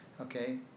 okay